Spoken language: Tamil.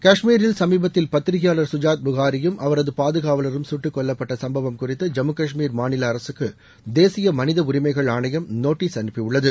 காஷ்மீரில் சமீபத்தில் பத்திரிகையாளர் சுஜாத் புகாரியும் அவரது பாதுகாவலரும் சுட்டுக்கொல்லப்பட்ட சுப்பவம் குறித்து ஜம்மு காஷ்மீர் மாநில அரசுக்கு தேசிய மனித உரிமைகள் ஆணையம் நோட்டீஸ் அனுப்பியுள்ளது